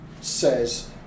says